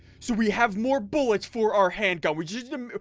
so we have more bullets for our handgun, which ism.